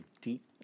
deep